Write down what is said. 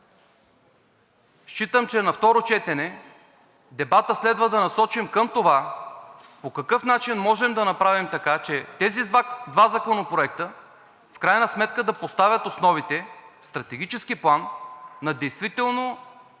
считам, че на второ четене следва да насочим дебата към това по какъв начин можем да направим така, че тези два законопроекта в крайна сметка да поставят основите в стратегически план на действителна